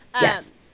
Yes